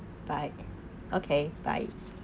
bye okay bye